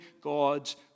God's